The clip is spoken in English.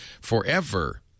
forever